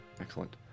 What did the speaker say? excellent